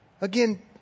again